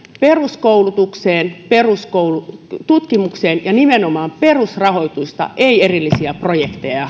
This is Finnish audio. peruskoulutukseen peruskoulutukseen tutkimukseen ja nimenomaan perusrahoitusta ei erillisiä projekteja ja